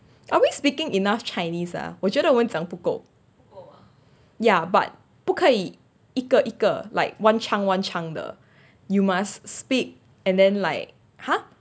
are we speaking enough chinese ah 我觉得我们讲不够 ya but 不可以一个一个 like one chunk 的 you must speak and then like !huh!